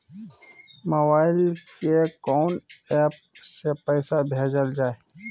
Mobile के कोन app से पैसा भेजल जाए?